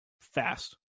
fast